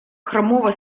хромого